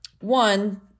One